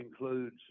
includes